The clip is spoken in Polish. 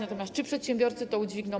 Natomiast czy przedsiębiorcy to udźwigną?